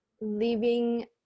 leaving